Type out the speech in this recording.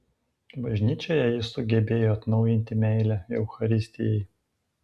bažnyčioje jis sugebėjo atnaujinti meilę eucharistijai